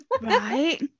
Right